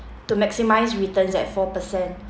to maximise returns at four percent